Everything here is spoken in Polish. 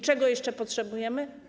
Czego jeszcze potrzebujemy?